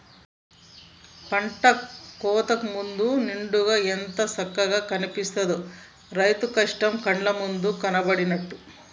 పంట కోతకు ముందు నిండుగా ఎంత సక్కగా కనిపిత్తదో, రైతు కష్టం కళ్ళ ముందు కనబడినట్టు